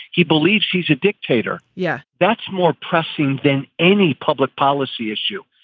he believes she's a dictator. yeah, that's more pressing than any public policy issue.